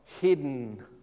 hidden